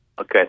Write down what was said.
Okay